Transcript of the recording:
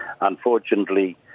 Unfortunately